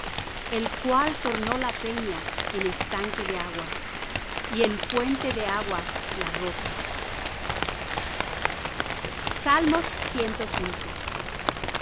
el cual tornó la peña en estanque de aguas y en fuente de aguas la roca